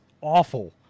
awful